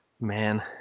man